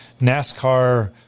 NASCAR